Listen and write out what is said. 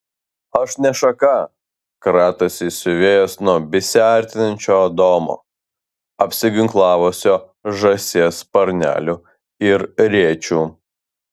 aš ne šaka kratosi siuvėjas nuo besiartinančio adomo apsiginklavusio žąsies sparneliu ir rėčiu